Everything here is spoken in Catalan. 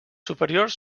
superiors